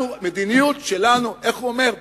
אנחנו, המדיניות שלנו, איך הוא אומר?